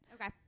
Okay